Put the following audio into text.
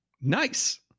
Nice